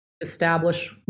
establish